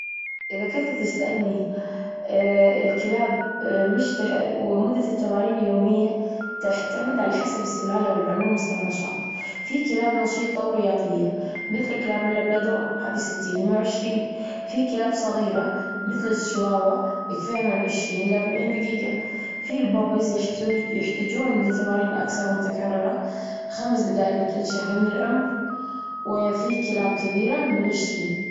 إذا كنت تسألني الكلاب مش تح- ومدة التمارين اليومية تعتمد على حسب السلالة والعمر ومستوى النشاط. في كلاب نشيطة ورياضية مثل كلاب اللابرادور، هذي ستين لمية وعشرين. في كلاب صغيرة مثل الشواوة يكفيها من عشرين لأربعين دجيجة. في البوبيز يحتج- يحتاجون لتمارين أكثر ومتكررة خمس دجائج لكل شهر من العمر. وفي كلاب كبيرة من عشرين.